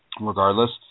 regardless